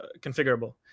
configurable